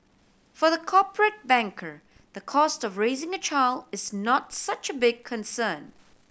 for the corporate banker the cost of raising a child is not such a big concern